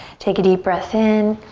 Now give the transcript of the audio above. take a deep breath in.